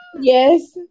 Yes